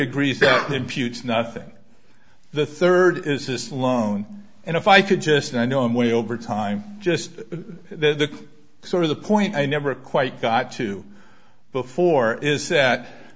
imputes nothing the third is this loan and if i could just i know i'm way over time just to sort of the point i never quite got to before is that